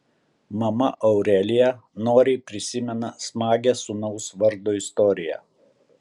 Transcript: mama aurelija noriai prisimena smagią sūnaus vardo istoriją